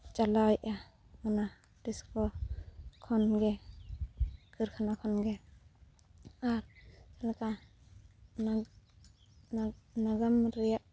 ᱪᱟᱞᱟᱣᱮᱫᱟ ᱚᱱᱟ ᱴᱤᱥᱠᱳ ᱠᱷᱚᱱᱜᱮ ᱠᱟᱹᱨᱠᱷᱟᱱᱟ ᱠᱷᱚᱱᱜᱮ ᱟᱨ ᱪᱮᱫ ᱞᱮᱠᱟ ᱱᱟᱜᱟᱢ ᱨᱮᱭᱟᱜ